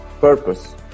purpose